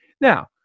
Now